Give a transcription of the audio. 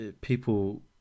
people